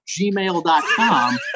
gmail.com